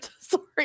Sorry